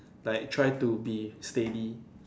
like try to be steady